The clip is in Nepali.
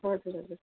हजुर हजुर